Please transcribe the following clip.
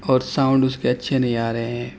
اور ساؤنڈ اس کے اچھے نہیں آ رہے ہیں